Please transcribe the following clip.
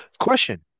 Question